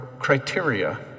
criteria